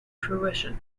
fruition